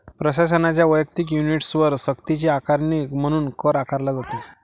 प्रशासनाच्या वैयक्तिक युनिट्सवर सक्तीची आकारणी म्हणून कर आकारला जातो